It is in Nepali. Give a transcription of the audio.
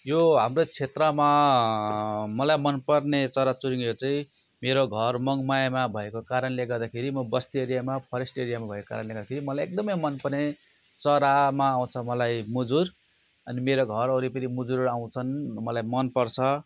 यो हाम्रो क्षेत्रमा मलाई मन पर्ने चराचुरुङ्गीहरू चाहिँ मेरो घर मङमायामा भएको कारणले गर्दाखेरि म बस्ती एरियामा फरेस्ट एरियामा भएको कारणले गर्दाखेरि मलाई एकदम मन पर्ने चरामा आउँछ मलाई मुजुर अनि मेरो घर वरिपरि मुजुरहरू आउँछन् मलाई मन पर्छ